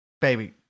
baby